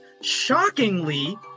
shockingly